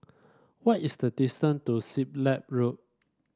what is the distance to Siglap Road